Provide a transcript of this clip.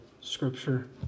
Scripture